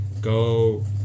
go